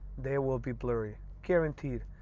they will be blurry, guaranteed.